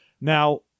Now